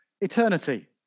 eternity